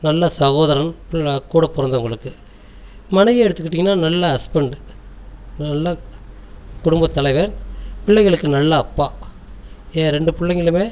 நல்ல சகோதரன் கூட பிறந்தவங்களுக்கு மனைவிய எடுத்துக்கிட்டீங்கன்னா நல்ல ஹஸ்பெண்ட் நல்ல குடும்ப தலைவன் பிள்ளைங்களுக்கு நல்ல அப்பா என் ரெண்டு பிள்ளைகளுமே